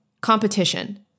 competition